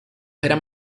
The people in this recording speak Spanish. eran